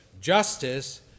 justice